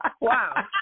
Wow